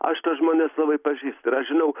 aš tuos žmones labai pažįstu ir aš žinau